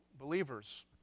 Believers